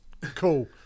cool